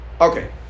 Okay